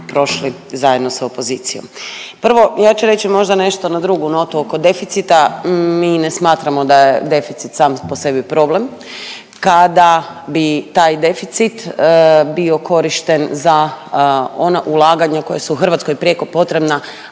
prošli zajedno sa opozicijom. Prvo ja ću reći možda nešto na drugu notu oko deficita. Mi ne smatramo da je deficit sam po sebi problem. Kada bi taj deficit bio korišten za ona ulaganja koja su Hrvatskoj prijeko potrebna